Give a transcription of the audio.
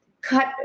cut